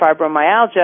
fibromyalgia